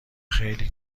خیلی